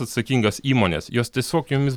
atsakingas įmones jos tiesiog jomis